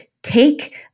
take